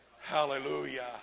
hallelujah